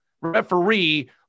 referee